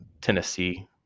Tennessee